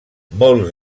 molts